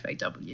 FAW